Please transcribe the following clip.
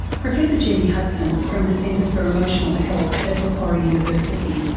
professor jennie hudson from the centre for emotional health at macquarie university.